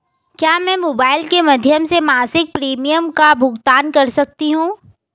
क्या मैं मोबाइल के माध्यम से मासिक प्रिमियम का भुगतान कर सकती हूँ?